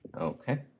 Okay